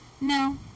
No